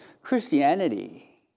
Christianity